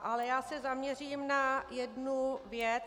Ale já se zaměřím na jednu věc.